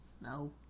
No